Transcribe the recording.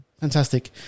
Fantastic